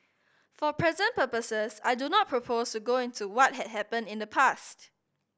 for present purposes I do not propose to go into what had happened in the past